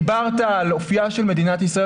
דיברת על אופייה של מדינת ישראל